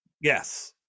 Yes